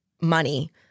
money